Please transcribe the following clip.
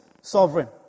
sovereign